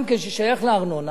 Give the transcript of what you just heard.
גם כן, ששייך לארנונה.